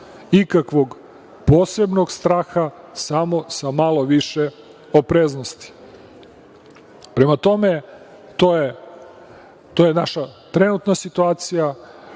ikakvog posebnog straha, samo sa malo više opreznosti. Prema tome, to je naša trenutna situacija.